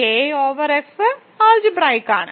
K over F അൾജിബ്രായിക്ക് ആണ്